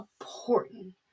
important